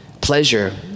Pleasure